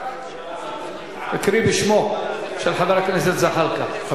תקריא בשמו של חבר הכנסת זחאלקה.